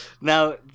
now